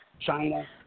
China